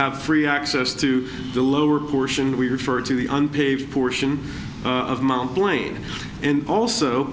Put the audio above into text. have free access to the lower portion we refer to the unpaved portion of mt brain and also